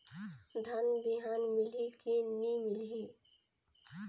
धान बिहान मिलही की नी मिलही?